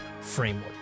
framework